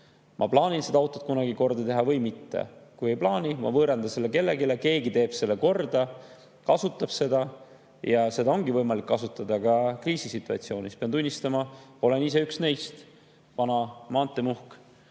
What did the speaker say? ta plaanib seda autot kunagi korda teha või mitte. Kui ei plaani, siis ta võõrandab selle kellelegi ning see keegi teeb selle korda, kasutab seda ja seda autot on võimalik kasutada ka kriisisituatsioonis. Pean tunnistama, et olen ise üks neist inimestest.